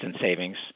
savings